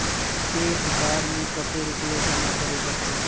एक बार में कते रुपया जमा करे परते?